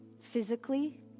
physically